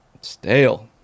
stale